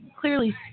clearly